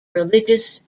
religious